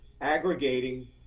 aggregating